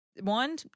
One